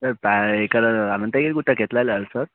అనంతగిరి గుట్టకి ఎట్లా వెళ్ళాలి సార్